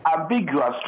ambiguous